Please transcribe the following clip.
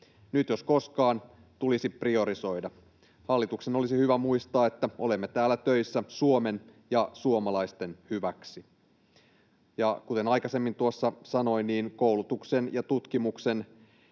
Nyt, jos koskaan, tulisi priorisoida. Hallituksen olisi hyvä muistaa, että olemme täällä töissä Suomen ja suomalaisten hyväksi. Ja, kuten aikaisemmin tuossa sanoin, koulutuksen ja tutkimuksen